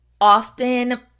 often